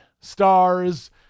stars